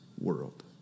world